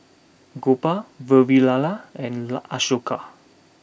Gopal Vavilala and La Ashoka